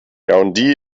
yaoundé